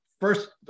first